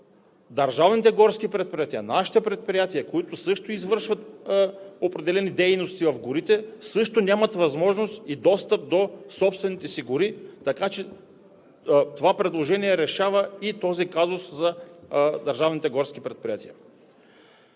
Държавните горски предприятия, нашите предприятия, които извършват определени дейности в горите, също нямат възможност и достъп до собствените си гори. Така че това предложение решава и този казус за държавните горски предприятия.